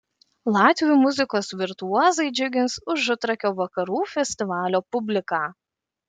latvių muzikos virtuozai džiugins užutrakio vakarų festivalio publiką